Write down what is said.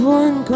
one